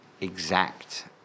exact